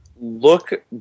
look